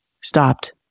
stopped